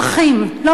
גילתה עצמאות.